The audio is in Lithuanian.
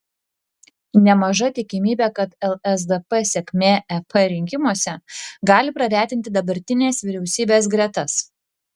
nemaža tikimybė kad lsdp sėkmė ep rinkimuose gali praretinti dabartinės vyriausybės gretas